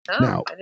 Now